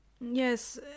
Yes